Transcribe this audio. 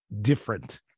different